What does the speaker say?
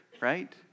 right